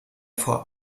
vor